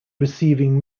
receiving